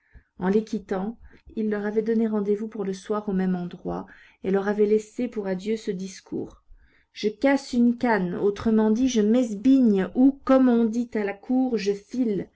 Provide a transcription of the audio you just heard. en les quittant il leur avait donné rendez-vous pour le soir au même endroit et leur avait laissé pour adieu ce discours je casse une canne autrement dit je m'esbigne ou comme on dit à la cour je file